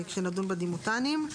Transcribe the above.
כשנדון בדימותנים.